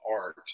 art